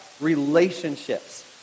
relationships